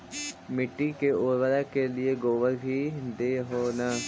मिट्टी के उर्बरक के लिये गोबर भी दे हो न?